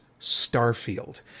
Starfield